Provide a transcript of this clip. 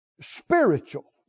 spiritual